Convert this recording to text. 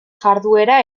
jarduera